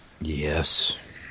Yes